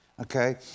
Okay